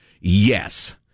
yes